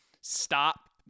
Stop